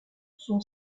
son